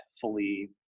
fully